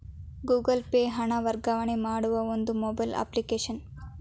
Google Pay ಹಣ ವರ್ಗಾವಣೆ ಮಾಡುವ ಒಂದು ಮೊಬೈಲ್ ಅಪ್ಲಿಕೇಶನ್